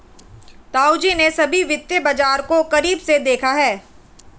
ताऊजी ने सभी वित्तीय बाजार को करीब से देखा है